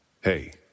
Hey